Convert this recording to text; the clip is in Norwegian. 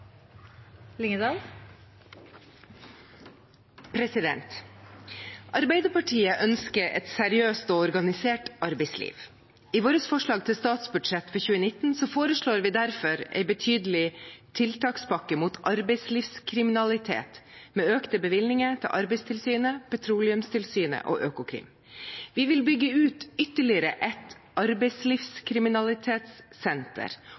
organisert arbeidsliv. I vårt forslag til statsbudsjett for 2019 foreslår vi derfor en betydelig tiltakspakke mot arbeidslivskriminalitet, med økte bevilgninger til Arbeidstilsynet, Petroleumstilsynet og Økokrim. Vi vil bygge ut ytterligere et